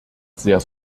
sehr